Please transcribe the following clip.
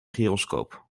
gyroscoop